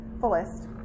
fullest